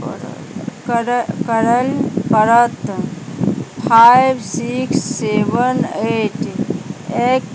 करऽ पड़त five six seven eight एक